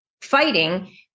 fighting